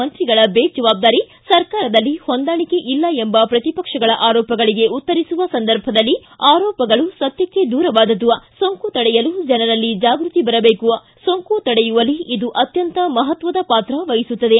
ಮಂತ್ರಿಗಳ ಬೇಜವಾಬ್ದಾರಿ ಸರ್ಕಾರದಲ್ಲಿ ಹೊಂದಾಣಿಕೆ ಇಲ್ಲ ಎಂಬ ಪ್ರತಿಪಕ್ಷಗಳ ಆರೋಪಗಳಿಗೆ ಉತ್ತರಿಸುವ ಸಂದರ್ಭದಲ್ಲಿ ಆರೋಪಗಳು ಸತ್ಯಕ್ಕೆ ದೂರವಾದದ್ದು ಸೋಂಕು ತಡೆಯಲು ಜನರಲ್ಲಿ ಜಾಗೃತಿ ಬರಬೇಕು ಸೋಂಕು ತಡೆಯುವಲ್ಲಿ ಇದು ಅತ್ಯಂತ ಮಪತ್ವದ ಪಾತ್ರ ವಹಿಸುತ್ತದೆ